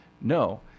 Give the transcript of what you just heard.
No